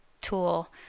tool